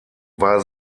war